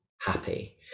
happy